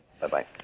Bye-bye